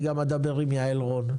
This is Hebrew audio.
אני גם אדבר עם יעל רון.